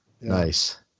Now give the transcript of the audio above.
nice